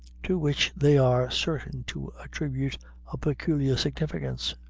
to which they are certain to attribute a peculiar significance,